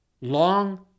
long